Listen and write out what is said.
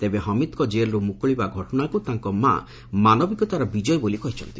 ତେବେ ହମିଦଙ୍କ ଜେଲରୁ ମୁକୁଳିବା ଘଟଣାକୁ ତାଙ୍କ ମା' ମାନବିକତାର ବିଜୟ ବୋଲି କହିଛନ୍ତି